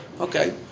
Okay